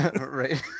right